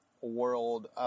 world